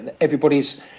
Everybody's